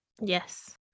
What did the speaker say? Yes